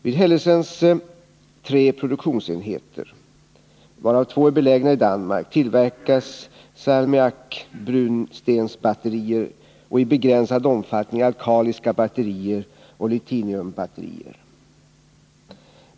Vid Hellesens tre produktionsenheter, varav två är belägna i Danmark, tillverkas salmiakbrunstensbatterier och i begränsad omfattning alkaliska batterier och litiumbatterier.